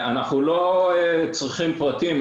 אנחנו לא צריכים פרטים.